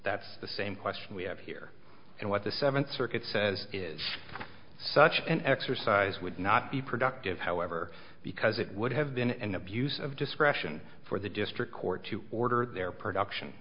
that's the same question we have here and what the seventh circuit says is such an exercise would not be productive however because it would have been an abuse of discretion for the district court to order their production